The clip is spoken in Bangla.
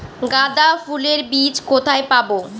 গাঁদা ফুলের বীজ কোথায় পাবো?